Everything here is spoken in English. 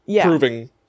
proving